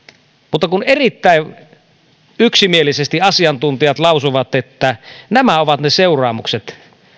mutta kun erittäin yksimielisesti asiantuntijat lausuvat että nämä ovat ne seuraamukset